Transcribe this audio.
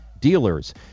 dealers